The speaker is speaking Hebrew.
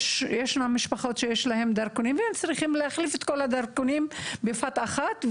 יש משפחות שיש להם דרכונים והם צריכים להחליף את כל הדרכונים בבת אחת,